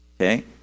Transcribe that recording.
okay